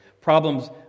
problems